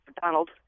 Donald